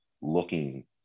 looking